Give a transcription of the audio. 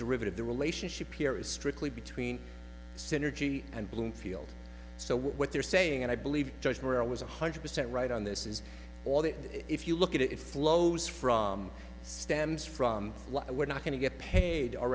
derivative the relationship here is strictly between synergy and bloomfield so what they're saying and i believe just where i was one hundred percent right on this is all that if you look at it it flows from stems from we're not going to get paid